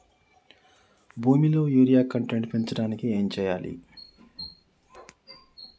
భూమిలో urea content పెంచడానికి ఏం చేయాలి?